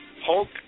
Hulk